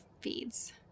feeds